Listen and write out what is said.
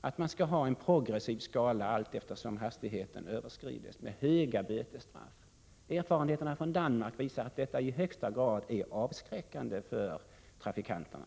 att man skall ha en skala som är progressiv, allteftersom hastigheten överskrids, med höga bötesstraff. Erfarenheterna från Danmark visar att detta är i högsta grad avskräckande för trafikanterna.